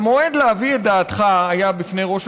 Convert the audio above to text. אבל המועד להביא את דעתך היה בפני ראש